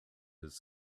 his